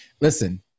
Listen